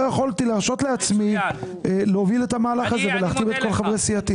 לא יכולתי להרשות לעצמי להוביל את המהלך הזה ולהחתים את כל חברי סיעתי.